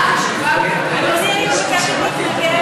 הצעה חשובה ביותר.